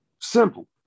Simple